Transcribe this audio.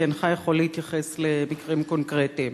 שאינך יכול להתייחס למקרים קונקרטיים,